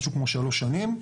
משהו כמו שלוש שנים.